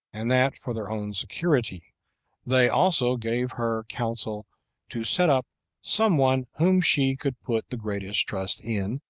and that for their own security they also gave her counsel to set up some one whom she could put the greatest trust in,